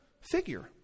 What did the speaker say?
figure